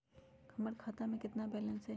हमर खाता में केतना बैलेंस हई?